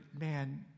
man